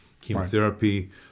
chemotherapy